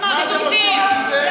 אתם סמרטוטים.